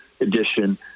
edition